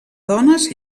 dones